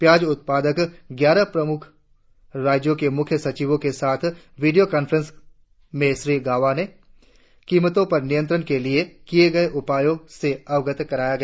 प्याज उत्पादक ग्यार प्रमुख राज्यों के मुख्य सचिवों के साथ वीडियो कॉनफ्रेंस में श्री गाबा को किमतों पर नियंत्रण के लिए किए गए उपायों से अवगत कराया गया